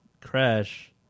crash